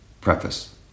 Preface